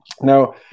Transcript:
Now